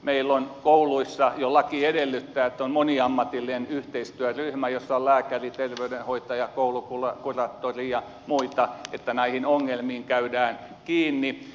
meillä kouluissa jo laki edellyttää että on moniammatillinen yhteistyöryhmä jossa on lääkäri terveydenhoitaja koulukuraattori ja muita että näihin ongelmiin käydään kiinni